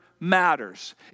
matters